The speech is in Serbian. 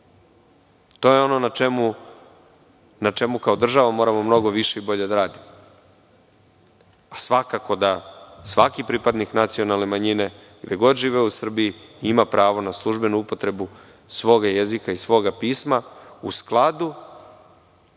je ono na čemu kao država moramo mnogo više i bolje da radimo. Svakako da je svaki pripadnik nacionalne manjine, gde god živeo u Srbiji ima pravo na službenu upotrebu svog jezika i svog pisma u skladu